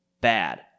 bad